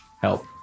help